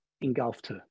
engulfed